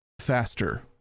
faster